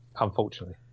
Unfortunately